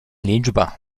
liczba